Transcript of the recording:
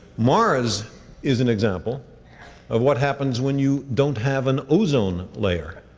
mars is an example of what happens when you don't have an ozone layer.